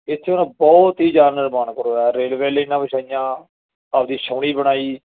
ਇੱਥੇ ਉਹਨਾਂ ਬਹੁਤ ਹੀ ਜਾਨ ਨਿਰਮਾਣ ਕਰਵਾਇਆ ਰੇਲਵੇ ਲਾਈਨਾਂ ਵਿਛਾਈਆਂ ਆਪਣੀ ਛੋਅਣੀ ਬਣਾਈ